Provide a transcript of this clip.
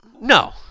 No